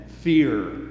fear